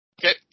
Okay